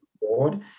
board